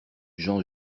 jean